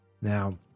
Now